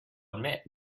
admit